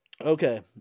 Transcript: Okay